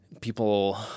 people